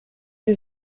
wir